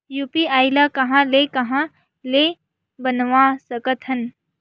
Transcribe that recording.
UPI ल कहां ले कहां ले बनवा सकत हन?